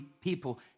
people